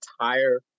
entire